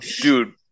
Dude